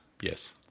Yes